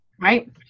Right